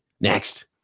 Next